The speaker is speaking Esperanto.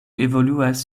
evoluas